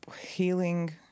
healing